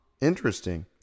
Interesting